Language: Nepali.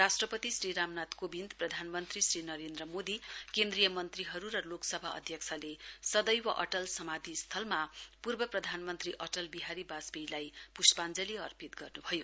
राष्ट्रपति श्री रामनाथ कोविन्द र प्रधानमन्त्री श्री नरेन्द्र मोदी केन्द्रीयमन्त्रीहरू र लोकसभा अध्यक्षले सदैव अटल समाधिस्थलमा पूर्व प्रधानमन्त्री अटल बिहारी बाजपेयीलाई पुष्पाञ्जली अर्पित गर्नुभयो